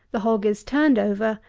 the hog is turned over,